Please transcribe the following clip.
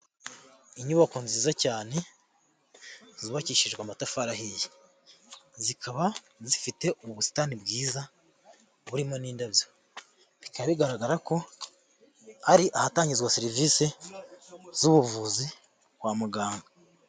Inyubako nziza cyane zubakishijwe amatafari ahiye, zikaba zifite ubusitani bwiza burimo n'indabyo, bikaba bigaragara ko ari ahatangizwa serivisi z'ubuvuzi kwa muganga.